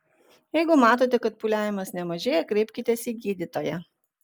jeigu matote kad pūliavimas nemažėja kreipkitės į gydytoją